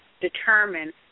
determine